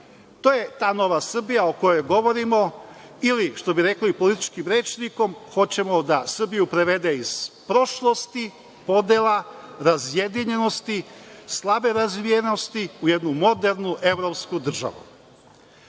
To je ta nova Srbija o kojoj govorimo ili, što bi rekli političkim rečnikom, hoćemo da Srbiju prevede iz prošlosti, podela, razjedinjenosti, slabe razvijenosti, u jednu modernu evropsku državu.U